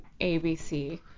ABC